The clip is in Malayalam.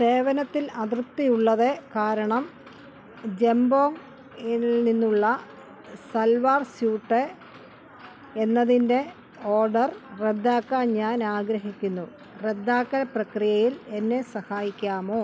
സേവനത്തിൽ അതൃപ്തിയുള്ളത് കാരണം ജമ്പോങ് ഇൽ നിന്നുള്ള സൽവാർ സ്യൂട്ട് എന്നതിന്റെ ഓർഡർ റദ്ദാക്കാൻ ഞാനാഗ്രഹിക്കുന്നു റദ്ദാക്കൽ പ്രക്രിയയിൽ എന്നെ സഹായിക്കാമോ